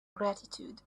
gratitude